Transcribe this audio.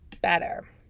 better